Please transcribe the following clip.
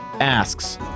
asks